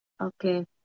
Okay